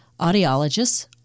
audiologists